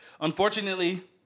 Unfortunately